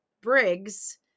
Briggs